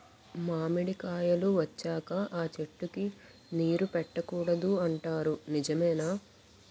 మామిడికాయలు వచ్చాక అ చెట్టుకి నీరు పెట్టకూడదు అంటారు నిజమేనా?